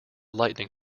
lightning